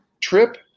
trip